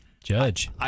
Judge